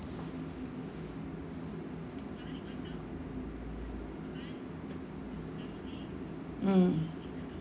mm